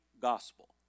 gospel